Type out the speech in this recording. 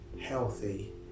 healthy